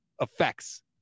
effects